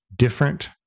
Different